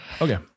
Okay